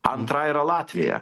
antra yra latvija